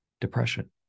depression